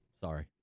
Sorry